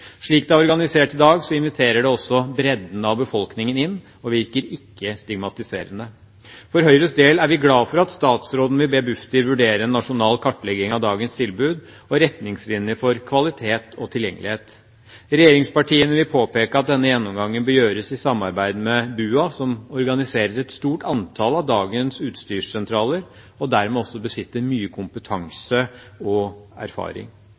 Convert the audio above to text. Slik de er organisert i dag, inviterer de også bredden av befolkningen inn og virker ikke stigmatiserende. For Høyres del er vi glade for at statsråden vil be Bufdir vurdere en nasjonal kartlegging av dagens tilbud og retningslinjer for kvalitet og tilgjengelighet. Regjeringspartiene vil påpeke at denne gjennomgangen bør gjøres i samarbeid med BUA, som organiserer et stort antall av dagens utstyrssentraler, og dermed også besitter mye kompetanse og erfaring.